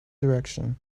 direction